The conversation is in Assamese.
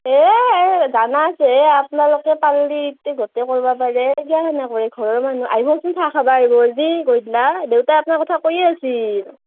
এই এ জানা আছেই হে আপোনালোকে পাৰিলে ইটেই গতেই কৰিব পাৰেই কিয়া তেনেই কৰেই ঘৰৰ মানুহ আহিবচোন চাহ খাব আহিব একদিন গধূলি দেউতাই আপোনাৰ কথা কৈয়ে আছিল